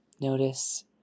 Notice